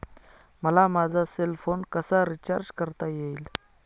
मला माझा cell phone कसा रिचार्ज करता येईल?